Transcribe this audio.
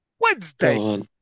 Wednesday